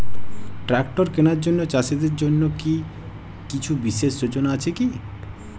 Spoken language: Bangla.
ট্রাক্টর কেনার জন্য চাষীদের জন্য কী কিছু বিশেষ যোজনা আছে কি?